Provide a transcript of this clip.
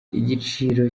igiciro